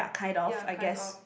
ya kind of